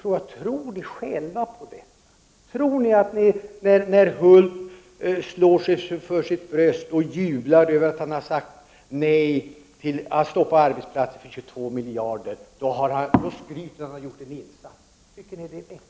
Men tror ni själva på allt detta? Tycker ni att det är vettigt när Hulth slår sig för sitt bröst och jublar över att han har stoppat arbetsplatser för 22 miljarder och skryter över sina insatser?